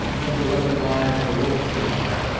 than to let them lie for the wolves to gnaw at,